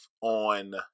on